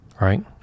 right